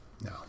No